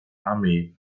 armee